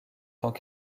temps